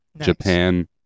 Japan